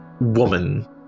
woman